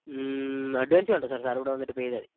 advance വേണ്ട sir sir ഇവിടെ വന്നിട്ട് പേ ചെയ്താൽ മതി